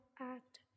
act